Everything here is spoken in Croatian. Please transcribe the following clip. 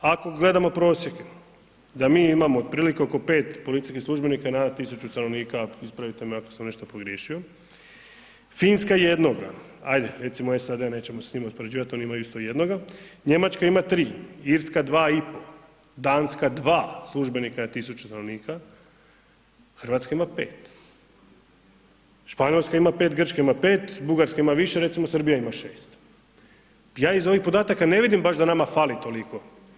Ako gledamo prosjeke da mi imamo otprilike oko 5 policijskih službenika na 1.000 stanovnika, ispravite me ako sam nešto pogriješio, Finska jednoga, ajde recimo SAD nećemo se s njima uspoređivati oni imaju isto jednoga, Njemačka ima 3, Irska 2,5, Danska 2 službenika na 1.000 stanovnika, Hrvatska ima 5, Španjolska ima 5, Grčka ima 5, Bugarska ima više recimo Srbija ima 6. Ja iz ovih podataka baš da nama fali toliko.